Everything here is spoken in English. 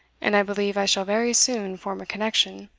and i believe i shall very soon form a connection,